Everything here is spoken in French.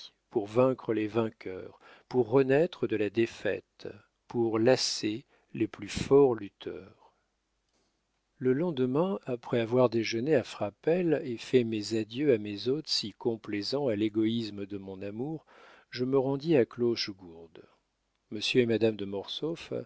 pour vaincre les vainqueurs pour renaître de la défaite pour lasser les plus forts lutteurs le lendemain après avoir déjeuné à frapesle et fait mes adieux à mes hôtes si complaisants à l'égoïsme de mon amour je me rendis à clochegourde monsieur et madame de